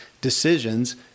decisions